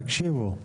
תקשיבו.